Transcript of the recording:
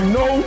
no